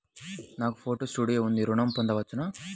నాకు photo studio ఉంది ఋణం పొంద వచ్చునా?